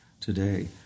today